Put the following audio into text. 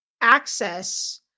access